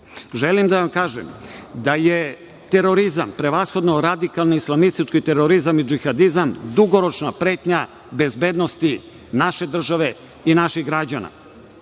želim da vam kažem da je terorizam, prevashodno radikalni islamistički terorizam i džihadizam dugoročna pretnja bezbednosti naše države i naših građana.